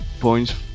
points